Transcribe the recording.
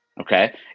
Okay